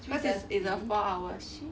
because it's a four hour shift